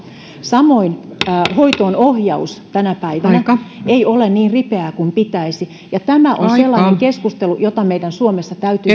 samoin hoitoonohjaus tänä päivänä ei ole niin ripeää kuin pitäisi ja tämä on sellainen keskustelu jota meidän suomessa täytyy